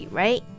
right